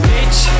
Bitch